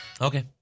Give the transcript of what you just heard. Okay